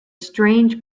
strange